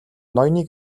ноёны